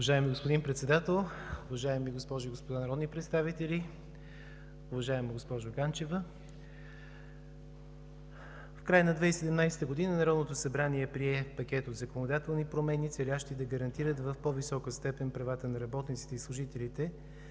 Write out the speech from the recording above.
Уважаеми господин Председател, уважаеми госпожи и господа народни представители! Уважаема госпожо Ганчева, в края на 2017 г. Народното събрание прие пакет от законодателни промени, целящи да гарантират в по-висока степен правата на работниците и служителите